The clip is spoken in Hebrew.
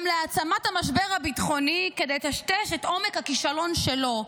גם להעצמת המשבר הביטחוני כדי לטשטש את עומק הכישלון שלו.